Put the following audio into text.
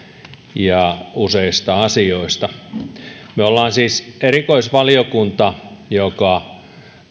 ja useista asioista me olemme siis erikoisvaliokunta joka